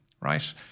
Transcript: right